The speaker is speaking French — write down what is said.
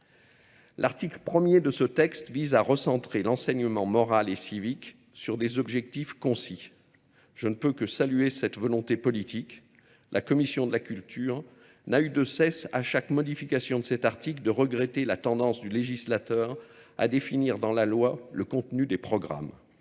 L'article premier de ce texte vise à recentrer l'enseignement moral et civique sur des objectifs concis. Je ne peux que saluer cette volonté politique. La Commission de la Culture n'a eu de cesse à chaque modification de cet article de regretter la tendance du législateur à définir dans la loi le contenu des programmes.